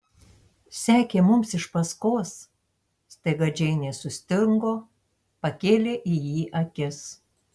sekė mums iš paskos staiga džeinė sustingo pakėlė į jį akis